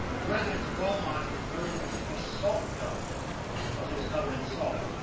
the residents of beaumont had concluded it was just a salt dome because it was covered in salt.